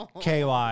KY